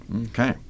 Okay